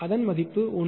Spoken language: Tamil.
அதன் மதிப்பு 1